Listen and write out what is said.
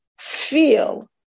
feel